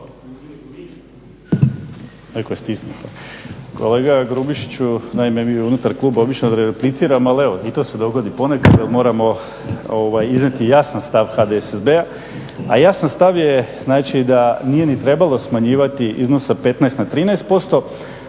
Kolega Grubišiću, naime mi unutar kluba obično ne repliciramo ali evo i to se dogodi ponekad jer moramo iznijeti jasan stav HDSSB-a a jasan stav je znači da nije ni trebalo smanjivati iznos sa 15 na 13%